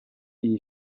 iyi